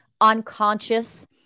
unconscious